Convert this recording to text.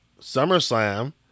SummerSlam